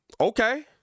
Okay